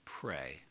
Pray